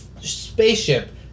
spaceship